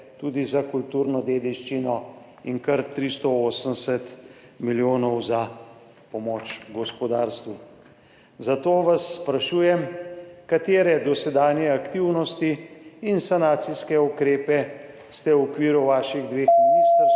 tudi za kulturno dediščino in kar 380 milijonov za pomoč gospodarstvu. Zato vas sprašujem: Katere dosedanje aktivnosti in sanacijske ukrepe ste v okviru vaših dveh ministrstev